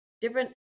different